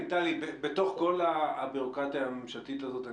בתוך כל הבירוקרטיה הממשלתית הזאת,